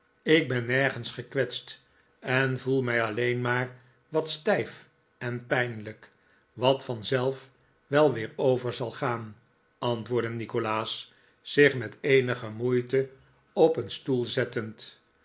ik ben nergens gekwetst en voel mij alleen maar wat stijf en pijnlijk wat vanzelf wel weer zal overgaan antwoordde nikolaas zich met eenige moeite op een stoel zettend